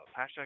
hashtag